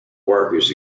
works